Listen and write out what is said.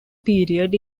period